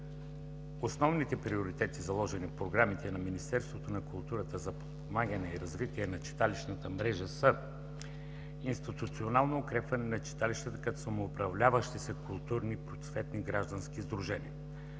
основните приоритети, заложени в програмите на Министерството на културата за подпомагане и развитието на читалищната мрежа са: - институционално укрепване на читалищата като самоуправляващи се културно-просветни граждански сдружения